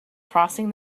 crossing